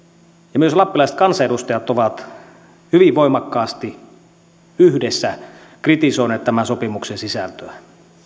ja myös lappilaiset kansanedustajat ovat hyvin voimakkaasti yhdessä kritisoineet tämän sopimuksen sisältöä